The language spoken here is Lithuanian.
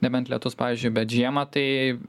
nebent lietus pavyzdžiui bet žiemą tai